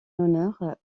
honneur